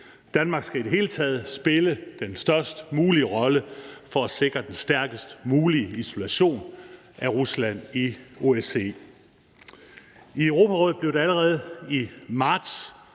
Danmark skal i det hele taget spille den størst mulige rolle for at sikre den stærkest mulige isolation af Rusland i OSCE. I Europarådet blev der allerede i marts